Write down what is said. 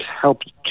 helped